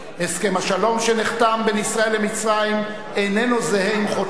הסכם השלום שנחתם בין ישראל למצרים אינו זהה עם חותמיו,